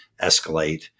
escalate